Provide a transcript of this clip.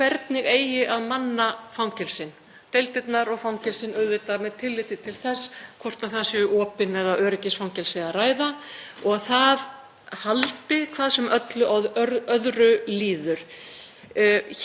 haldi hvað sem öllu öðru líður. Hér eru á ferðinni mjög mikilvæg opinber störf og mér hnykkti aðeins við þegar hæstv. ráðherra nefndi breytingar á rekstrarfyrirkomulagi